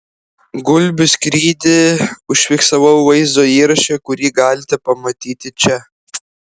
gulbių skrydį užfiksavau vaizdo įraše kurį galite pamatyti čia